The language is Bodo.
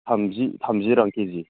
थामजि थामजि रां केजि